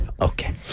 Okay